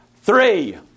three